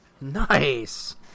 Nice